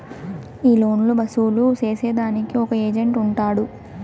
ఈ లోన్లు వసూలు సేసేదానికి ఒక ఏజెంట్ ఉంటాడు